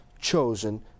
chosen